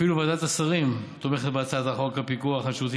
אפילו ועדת השרים תומכת בהצעת חוק הפיקוח על שירותים